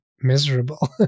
miserable